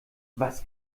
was